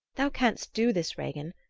thou canst do this, regin,